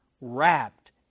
wrapped